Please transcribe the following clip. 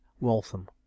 Waltham